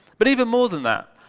but even more than that,